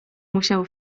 musiał